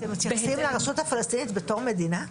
אתם מתייחסים לרשות הפלסטינית בתור מדינה?